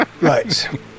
right